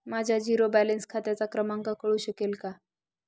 माझ्या zero balance खात्याचा क्रमांक कळू शकेल का?